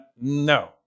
No